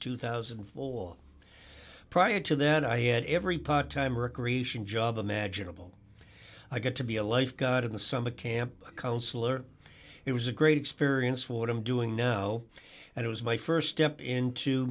two thousand and four prior to then i had every part timer accretion job imaginable i get to be a lifeguard in the summer camp counselor it was a great experience for what i'm doing now and it was my st step into